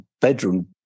bedroom